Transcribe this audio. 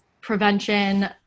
prevention